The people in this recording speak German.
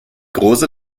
große